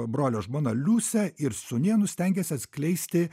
brolio žmona liusia ir sūnėnu stengiasi atskleisti